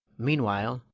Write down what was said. meanwhile,